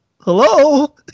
Hello